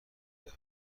دهم